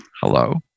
hello